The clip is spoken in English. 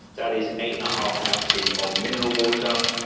that is eight and a half ounces of mineral water.